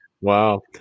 Wow